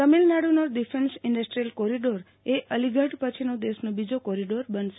તમિલનાડુનો defence industrial corridor એ અલીગઢ પછીનો દેશનો બીજો કોરીડોર બનશે